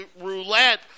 roulette